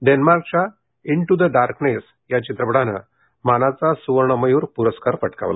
डेन्मार्कच्या into the darkness या चित्रपटानं मानाचा सुवर्णमयूर पुरस्कार पटकावला